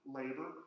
labor